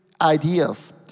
ideas